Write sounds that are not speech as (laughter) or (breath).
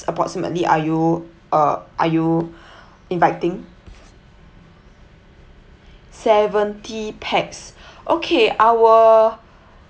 approximately are you uh are you (breath) inviting seventy pax okay our